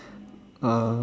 uh